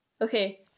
okay